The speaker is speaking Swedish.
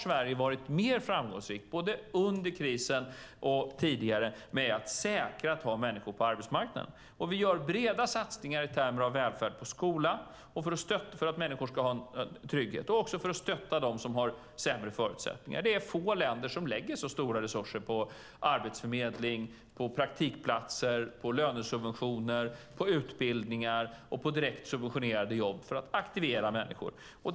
Sverige har både under krisen och tidigare varit mer framgångsrikt med att säkra att ha människor på arbetsmarknaden. Vi gör breda satsningar i termer av välfärd på skola och för att människor ska ha en trygghet och också för att stötta dem som har sämre förutsättningar. Det är få länder som lägger så stora resurser på arbetsförmedling, på praktikplatser, på lönesubventioner, på utbildningar och på direkt subventionerade jobb för att aktivera människor.